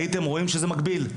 הייתם רואים שזה מקביל,